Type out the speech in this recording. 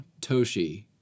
Toshi